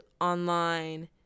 online